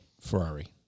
Ferrari